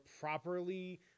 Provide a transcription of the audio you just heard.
properly